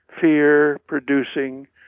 fear-producing